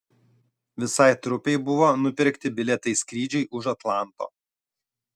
visai trupei buvo nupirkti bilietai skrydžiui už atlanto